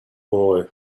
boy